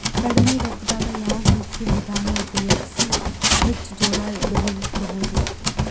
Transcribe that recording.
ಕಡಿಮಿ ರೊಕ್ಕದಾಗ ಯಾವ ಕೃಷಿ ವಿಧಾನ ಉಪಯೋಗಿಸಿ ಹೆಚ್ಚ ಜೋಳ ಬೆಳಿ ಬಹುದ?